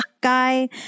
guy